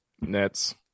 Nets